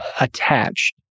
attached